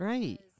Right